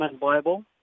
Bible